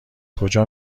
کجا